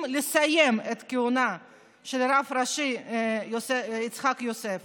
לסיים את הכהונה של הרב הראשי יצחק יוסף